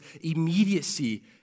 immediacy